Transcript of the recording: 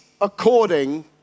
according